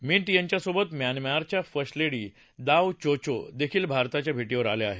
minute यांच्यासोबत म्यानमारच्या first lady Daw Cho Cho देखील भारताच्या भेटीवर आल्या आहेत